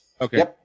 Okay